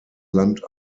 land